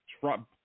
Trump